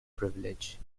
privilege